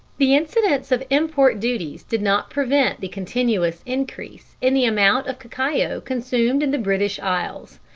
the incidence of import duties did not prevent the continuous increase in the amount of cacao consumed in the british isles.